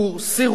סירוס,